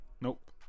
Nope